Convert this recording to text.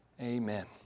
Amen